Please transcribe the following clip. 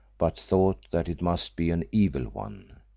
but thought that it must be an evil one.